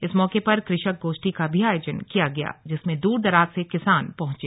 इस मौके पर कृषक गोष्ठी का भी आयोजन किया गया जिसमें दूर दूराज से किसान पहुंचे